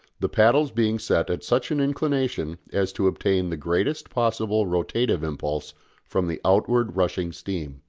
the paddles being set at such an inclination as to obtain the greatest possible rotative impulse from the outward-rushing steam.